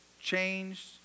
changed